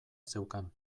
zeukan